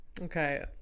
Okay